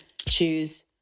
choose